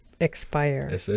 expire